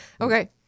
Okay